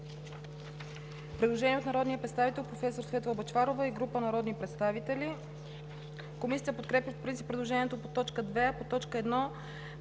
предложение на народния представител професор Светла Бъчварова и група народни представители. Комисията подкрепя по принцип предложението, което е отразено